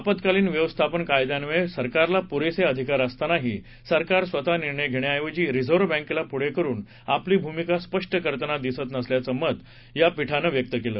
आपात्कालीन व्यवस्थापन कायद्यान्वये सरकारला पुरेसे अधिकार असतानाही सरकार स्वतः निर्णय घेण्याऐवजी रिझर्व बॅंकेला पुढे करुन आपली भूमिका स्पष्ट करताना दिसत नसल्याचं मत खंडपीठानं व्यक्त केलं